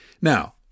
Now